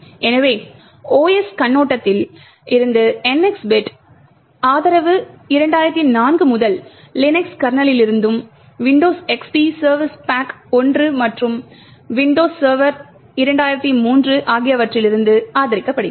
எனவே OS கண்ணோட்டத்தில் இருந்து NX பிட் ஆதரவு 2004 முதல் லினக்ஸ் கர்னல்களிலிருந்தும் Windows XP சர்வீஸ் பேக் 1 மற்றும் Windows server 2003 ஆகியவற்றிலிருந்தும் ஆதரிக்கப்படுகிறது